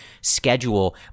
schedule